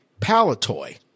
Palatoy